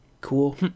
cool